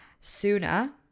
sooner